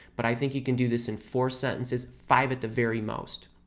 but i think you can do this in four sentences, five at the very most.